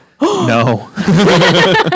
no